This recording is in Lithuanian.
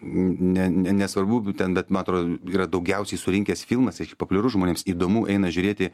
ne ne nesvarbu ten bet man atrodo yra daugiausiai surinkęs filmas reiškia populiarus žmonėms įdomu eina žiūrėti